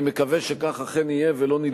אני מקווה שכך אכן יהיה ולא נידרש,